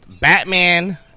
Batman